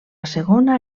segona